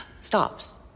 stops